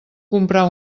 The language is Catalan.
comprar